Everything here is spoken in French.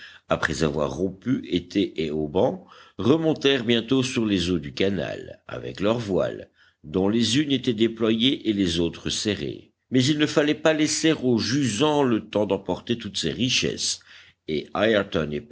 après avoir rompu étais et haubans remontèrent bientôt sur les eaux du canal avec leurs voiles dont les unes étaient déployées et les autres serrées mais il ne fallait pas laisser au jusant le temps d'emporter toutes ces richesses et